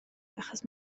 achos